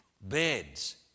beds